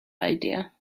idea